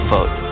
Vote